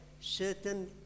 certain